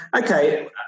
okay